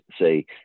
say